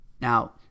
Now